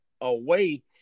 away